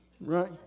right